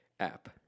app